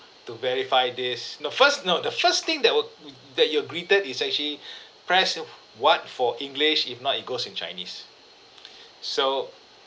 to verify this no first no the first thing that will w~ that you're greeted is actually press what for english if not it goes in chinese so